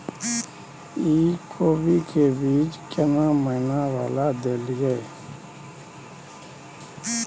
इ कोबी के बीज केना महीना वाला देलियैई?